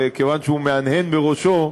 וכיוון שהוא מהנהן בראשו,